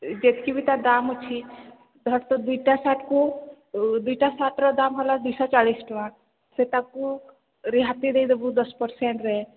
ଯେତିକି ବିି ତା ଦାମ୍ ଅଛି ଧରତ ଦୁଇଟା ସାର୍ଟକୁ ଦୁଇଟା ସାର୍ଟର ଦାମ ହେଲା ଦୁଇଶହ ଚାଳିଶ ଟଙ୍କା ସେ ତାକୁ ରିହାତି ଦେଇଦେବୁ ଦଶ ପରସେଣ୍ଟରେ